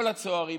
כל הצוערים,